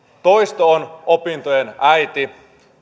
toisto on opintojen äiti